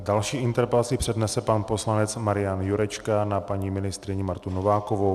Další interpelaci přednese pan poslanec Marian Jurečka na paní ministryni Martu Novákovou.